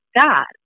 God